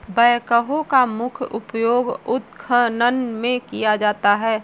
backhoe का मुख्य उपयोग उत्खनन में किया जाता है